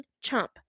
chump